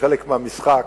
כחלק מהמשחק,